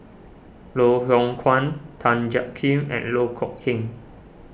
Loh Hoong Kwan Tan Jiak Kim and Loh Kok Heng